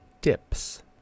dips